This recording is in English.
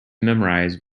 memorize